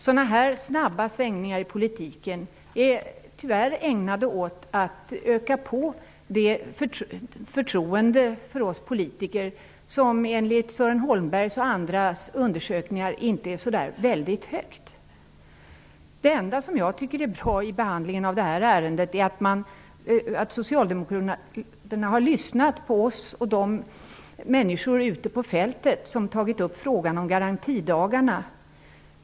Sådana här snabba svängningar i politiken medför tyvärr att förtroendet för oss politiker minskar, ett förtroende som enligt Sören Holmbergs och andras undersökningar inte är så väldigt högt. Det enda som jag tycker är bra med behandlingen av detta ärende är att socialdemokraterna har lyssnat på oss och på de människor ute på fältet som har tagit upp frågan om garantidagarna.